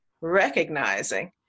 recognizing